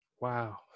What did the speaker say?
Wow